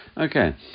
Okay